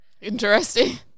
Interesting